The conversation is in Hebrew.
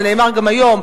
זה נאמר גם היום,